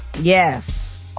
Yes